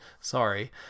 sorry